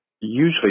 usually